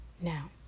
Now